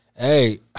Hey